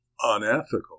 unethical